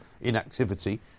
inactivity